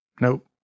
Nope